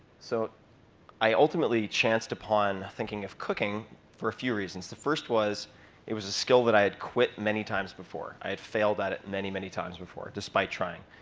so i ultimately chanced upon thinking of cooking for a few reasons. the first was it was a skill that i had quit many times before. i had failed at it many, many times before, despite trying,